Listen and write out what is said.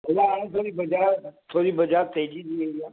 हींअर हाणे थोरी बज़ार थोरी बज़ार तेजी थी वेई आहे